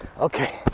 Okay